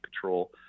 control